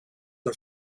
een